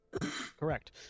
Correct